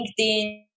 LinkedIn